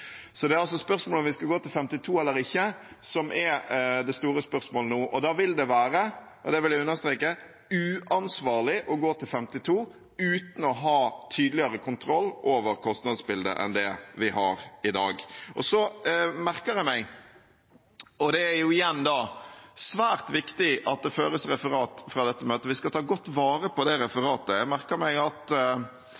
Det store spørsmålet nå er altså om vi skal gå til 52 eller ikke, og da vil det være – og det vil jeg understreke – uansvarlig å gå til 52 uten å ha tydeligere kontroll over kostnadsbildet enn det vi har i dag. Jeg merker meg – og det er igjen svært viktig at det føres referat fra dette møtet, vi skal ta godt vare på det